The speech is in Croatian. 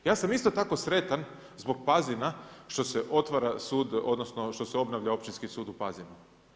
Ja sam isto tako sretan zbog Pazina što se otvara sud, odnosno što se obnavlja Općinski sud u Pazinu.